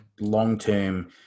long-term